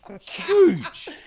Huge